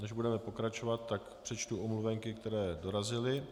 Než budeme pokračovat, tak přečtu omluvenky, které dorazily.